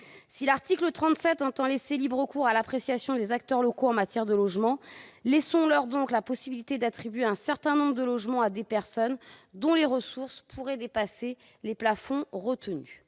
Si l'article 37 entend laisser libre cours à l'appréciation des acteurs locaux en matière de logement, laissons-leur donc la possibilité d'attribuer un certain nombre de logements à des personnes dont les ressources pourraient dépasser les plafonds retenus.